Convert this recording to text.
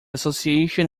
association